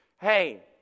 Hey